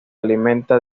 alimenta